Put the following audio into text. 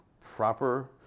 proper